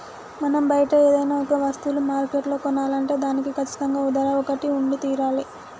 మనం బయట ఏదైనా ఒక వస్తువులు మార్కెట్లో కొనాలంటే దానికి కచ్చితంగా ఓ ధర ఒకటి ఉండి తీరాలి